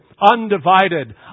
Undivided